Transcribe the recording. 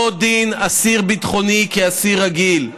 לא דין אסיר ביטחוני כדין אסיר רגיל.